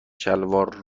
شلوار